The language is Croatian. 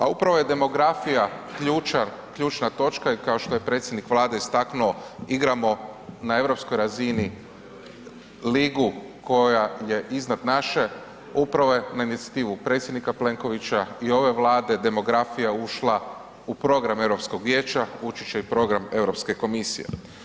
A upravo je demografija ključna točka kao što je predsjednik Vlade istaknuo, igramo na europskoj razini ligu koja je iznad naše, upravo je na inicijativu predsjednika Plenkovića i ove Vlade demografija ušla u program Europskog vijeća, ući će i u program Europske komisije.